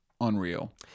unreal